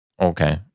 Okay